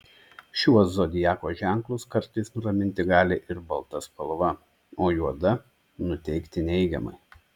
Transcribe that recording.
šiuos zodiako ženklus kartais nuraminti gali ir balta spalva o juoda nuteikti neigiamai